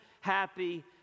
happy